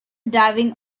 diving